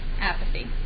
apathy